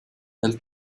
hält